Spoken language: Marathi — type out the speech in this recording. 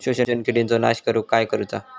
शोषक किडींचो नाश करूक काय करुचा?